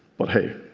but hey,